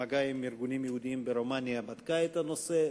במגע עם ארגונים יהודיים ברומניה, בדקה את הנושא.